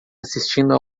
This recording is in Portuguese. assistindo